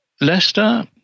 Leicester